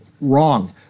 wrong